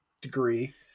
degree